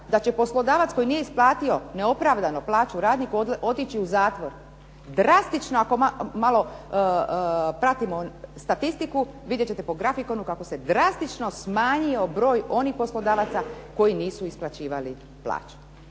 da će poslodavac koji nije isplatio neopravdano plaću radniku otići u zatvor. Drastično ako malo pratimo statistiku vidjet ćete po grafikonu kako se drastično smanjio broj onih poslodavaca koji nisu isplaćivali plaću.